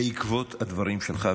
בעקבות הדברים שלך,